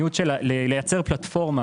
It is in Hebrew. לייצר פלטפורמה